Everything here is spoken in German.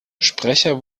sprecher